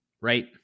right